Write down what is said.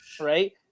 right